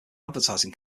advertising